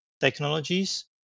technologies